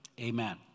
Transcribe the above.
Amen